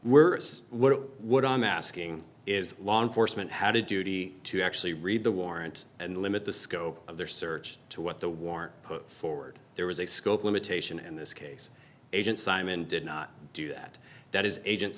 worse what i'm asking is law enforcement how to duty to actually read the warrant and limit the scope of their search to what the warrant put forward there was a scope limitation and this case agent simon did not do that that is agent